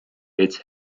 its